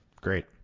great